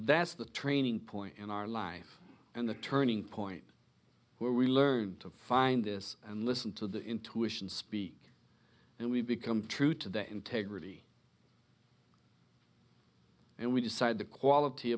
that's the training point in our life and the turning point where we learn to find this and listen to the intuition speak and we become true to the integrity and we decide the quality